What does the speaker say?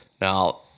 now